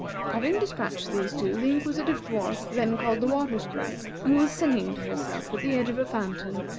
having despatched these two, the inquisitive dwarf then called the water sprite, who was singing to herself at the edge of a fountain,